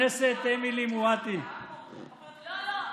חברת הכנסת אמילי מואטי, לא, לא.